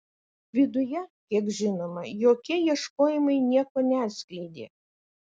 viduje kiek žinoma jokie ieškojimai nieko neatskleidė